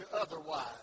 otherwise